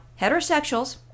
heterosexuals